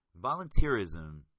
Volunteerism